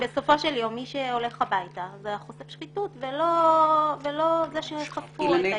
בסופו של יום מי שהולך הביתה זה חושף השחיתות ולא זה שחשפו אותו.